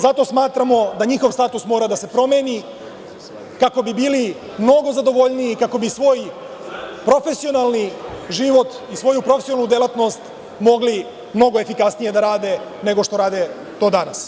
Zato smatramo da njihov status mora da se promeni, kako bi bili mnogo zadovoljniji i kako bi svoj profesionalni život i svoju profesionalnu delatnost mogli mnogo efikasnije da rade nego što to rade danas.